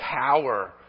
power